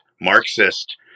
Marxist